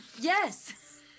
Yes